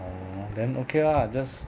then okay lah just